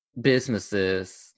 businesses